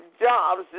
jobs